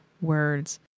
words